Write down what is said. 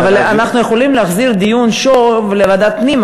אנחנו יכולים להחזיר את הדיון לוועדת הפנים,